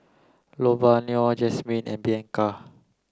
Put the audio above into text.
Lavonia Jazmine and Bianca